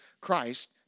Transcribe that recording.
Christ